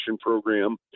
program